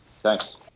Thanks